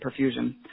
perfusion